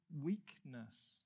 weakness